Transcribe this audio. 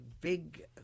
big